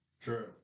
True